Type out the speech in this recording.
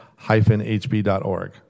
hb.org